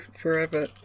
forever